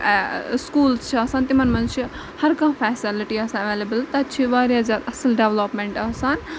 schools چھِ آسان تِمَن منٛز چھِ ہَرکانٛہہ فیسَلٹی آسان اٮ۪ویلبٕل تَتہِ چھِ واریاہ زیادٕ اَصٕل ڈٮ۪ولَبمٮ۪نٛٹ آسان